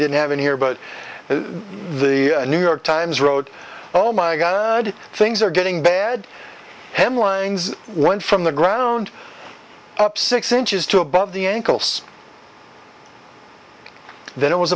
didn't have in here but the new york times wrote oh my god things are getting bad hemlines went from the ground up six inches to above the ankles then it was